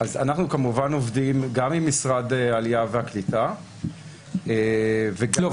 אז אנחנו כמובן עובדים גם עם משרד העלייה והקליטה וגם --- לא,